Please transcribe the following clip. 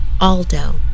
Aldo